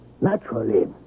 Naturally